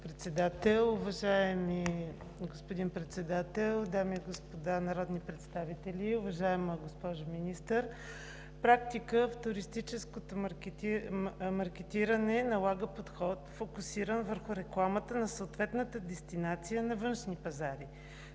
Председател. Уважаеми господин Председател, дами и господа народни представители! Уважаема госпожо Министър, практиката в туристическото маркетиране налага подход, фокусиран върху рекламата на съответната дестинация на външни пазари.